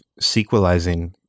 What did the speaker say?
sequelizing